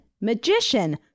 magician